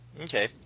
Okay